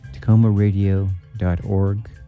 tacomaradio.org